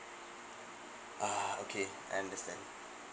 ah okay I understand